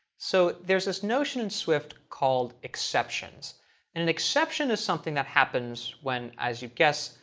so there's this notion in swift called exceptions. and an exception is something that happens when, as you've guessed,